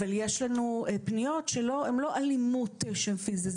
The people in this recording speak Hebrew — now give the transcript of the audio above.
אבל יש לנו פניות שהן לא אלימות פיזית.